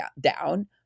down